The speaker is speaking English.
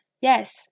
yes